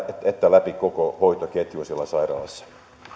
että läpi koko hoitoketjun siellä sairaalassa